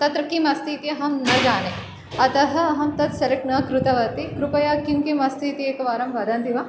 तत्र किम् अस्ति इति अहं न जाने अतः अहं तत् सेलेक्ट् न कृतवती कृपया किं किम् अस्ति इति एकवारं वदन्ति वा